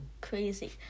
crazy